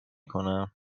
کنم